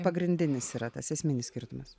pagrindinis yra tas esminis skirtumas